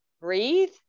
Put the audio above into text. breathe